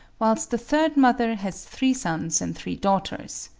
whilst the third mother has three sons and three daughters.